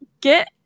get